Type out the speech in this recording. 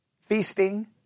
feasting